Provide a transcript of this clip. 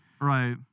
Right